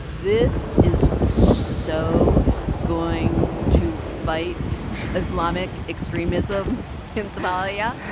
this is so going to fight islamic extremism in somalia?